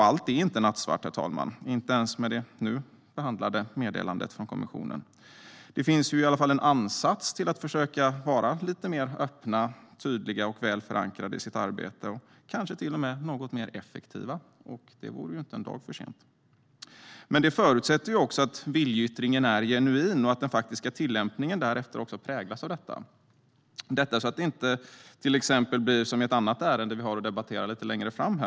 Allt är inte nattsvart, herr talman - inte ens i det nu behandlade meddelandet från kommissionen. Det finns i alla fall en ansats till att man ska försöka bli lite mer öppen, tydlig och väl förankrad i sitt arbete - kanske till och med något mer effektiv. Det vore ju inte en dag för tidigt. Men det förutsätter att viljeyttringen är genuin och att den faktiska tillämpningen därefter också präglas av detta så att det inte blir som i det ärende om subsidiaritetsprincipen vi har att debattera längre fram.